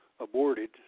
aborted